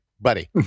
buddy